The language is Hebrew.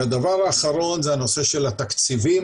הדבר האחרון זה הנושא של התקציבים,